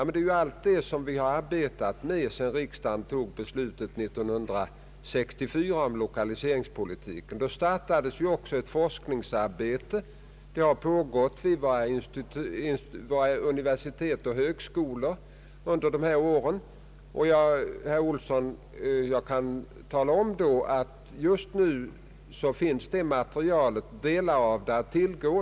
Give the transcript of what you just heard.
Men det är ju allt detta som vi har arbetat med sedan riksdagen fattade beslutet om lokaliseringspolitiken 1964. Då startades också ett forskningsarbete, som har pågått vid våra universitet och högskolor under dessa år. Jag kan tala om att just nu finns delar av detta material att tillgå.